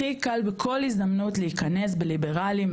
הכי קל בכל הזדמנות להיכנס בליברלים,